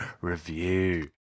review